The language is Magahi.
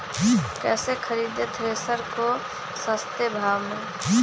कैसे खरीदे थ्रेसर को सस्ते भाव में?